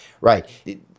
right